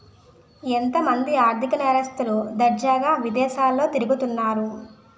ఎంతో మంది ఆర్ధిక నేరస్తులు దర్జాగా విదేశాల్లో తిరుగుతన్నారు